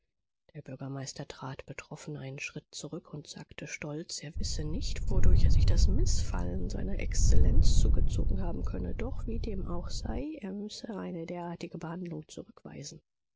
der bürgermeister trat betroffen einen schritt zurück und sagte stolz er wisse nicht wodurch er sich das mißfallen seiner exzellenz zugezogen haben könne doch wie dem auch sei er müsse eine derartige behandlung zurückweisen